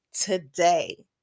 today